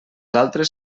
altres